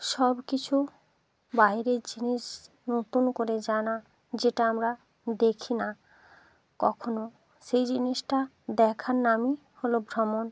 সব কিছু বাহিরের জিনিস নতুন করে জানা যেটা আমরা দেখি না কখনো সেই জিনিসটা দেখার নামই হলো ভ্রমণ